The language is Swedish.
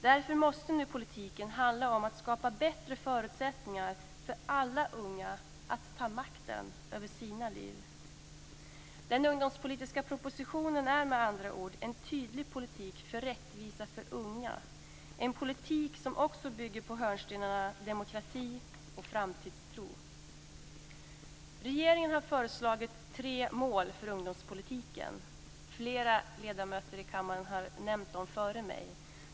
Därför måste nu politiken handla om att skapa bättre förutsättningar för alla unga att ta makten över sina liv. Den ungdomspolitiska propositionen är med andra ord en tydlig politik för rättvisa för unga, en politik som också bygger på hörnstenarna demokrati och framtidstro. Regeringen har föreslagit tre mål för ungdomspolitiken. Flera ledamöter här i kammaren har nämnt dem före mig.